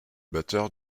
batteur